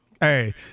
hey